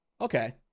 Okay